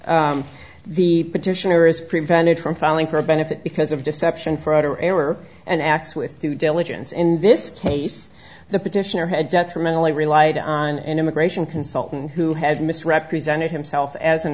that the petitioner is prevented from falling for a benefit because of deception fraud or error and acts with due diligence in this case the petitioner had detrimentally relied on an immigration consultant who had misrepresented himself as an